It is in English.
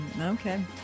okay